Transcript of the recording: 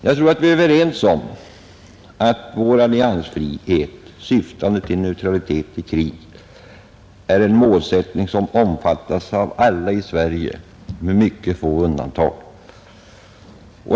Jag tror att vi är överens om att vår alliansfrihet, syftande till neutralitet i krig, är en målsättning som omfattas av alla i Sverige med mycket få undantag.